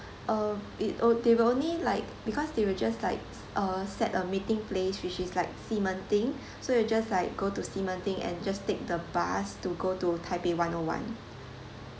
uh it oh they will only like because they will just like uh set a meeting place which is like ximending so you just like go to ximending and just take the bus to go to taipei one O one